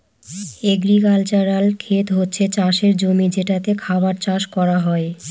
agricultural খেত হচ্ছে চাষের জমি যেটাতে খাবার চাষ করা হয়